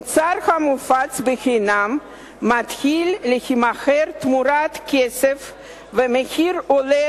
מוצר המופץ בחינם מתחיל להימכר תמורת כסף ומחירו עולה